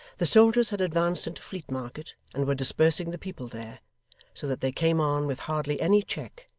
the soldiers had advanced into fleet market and were dispersing the people there so that they came on with hardly any check,